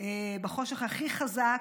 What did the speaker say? בחושך הכי חזק,